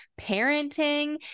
parenting